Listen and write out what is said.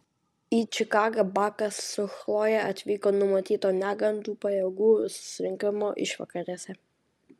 į čikagą bakas su chloje atvyko numatyto negandų pajėgų susirinkimo išvakarėse